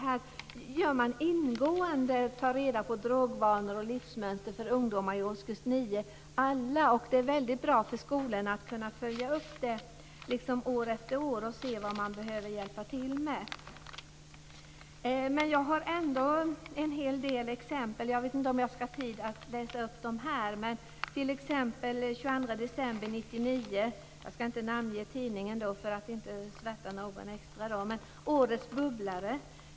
Här gör man ingående undersökningar och tar reda på drogvanor och livsmönster för alla ungdomar i årskurs 9. Det är väldigt bra för skolorna att kunna följa upp det år efter år och se vad man behöver hjälpa till med. Jag har en hel del exempel. Jag vet inte om jag har tid att läsa upp dem här. Den 22 december 1999 står följande i en tidning - jag ska inte namnge tidningen för att inte svärta någon extra: "Årets bubblare!